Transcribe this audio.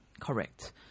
correct